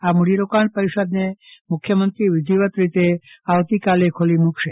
આ મૂડીરોકાણકાર પરિષદને મુખ્યમંત્રી વિધિવત રીતે આવતીકાલે ખુલ્લી મૂકશે